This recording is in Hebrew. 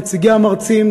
נציגי המרצים,